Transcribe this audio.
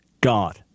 God